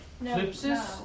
No